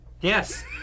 Yes